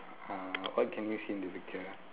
uh what can you see in the picture